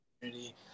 community